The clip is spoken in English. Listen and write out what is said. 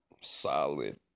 solid